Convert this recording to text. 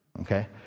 okay